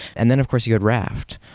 and then of course you had raft,